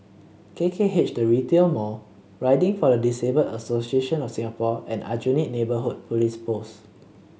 K K H The Retail Mall Riding for the Disabled Association of Singapore and Aljunied Neighbourhood Police Post